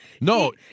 No